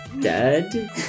Dead